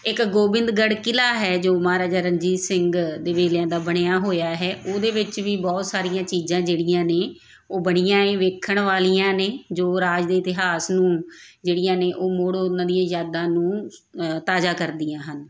ਇੱਕ ਗੋਬਿੰਦਗੜ ਕਿਲ੍ਹਾ ਹੈ ਜੋ ਮਹਾਰਾਜਾ ਰਣਜੀਤ ਸਿੰਘ ਦੇ ਵੇਲਿਆਂ ਦਾ ਬਣਿਆ ਹੋਇਆ ਹੈ ਉਹਦੇ ਵਿੱਚ ਵੀ ਬਹੁਤ ਸਾਰੀਆਂ ਚੀਜ਼ਾਂ ਜਿਹੜੀਆਂ ਨੇ ਉਹ ਬਣੀਆਂ ਹੈ ਦੇਖਣ ਵਾਲੀਆਂ ਨੇ ਜੋ ਰਾਜ ਦੇ ਇਤਿਹਾਸ ਨੂੰ ਜਿਹੜੀਆਂ ਨੇ ਉਹ ਮੁੜ ਉਹਨਾਂ ਦੀ ਯਾਦਾਂ ਨੂੰ ਤਾਜ਼ਾ ਕਰਦੀਆਂ ਹਨ